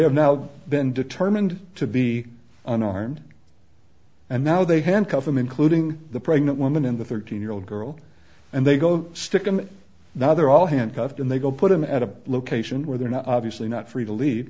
have now been determined to be unarmed and now they handcuff them including the pregnant woman in the thirteen year old girl and they go stick him now they're all handcuffed and they go put him at a location where they're not obviously not free to lea